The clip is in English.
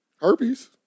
Herpes